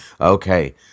Okay